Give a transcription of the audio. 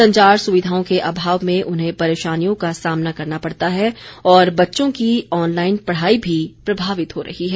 संचार सुविधाओं के अभाव में उन्हें परेशानियों का सामना करना पड़ता है और बच्चों की ऑनलाइन पढ़ाई भी प्रभावित हो रही है